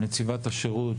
נציבת השירות,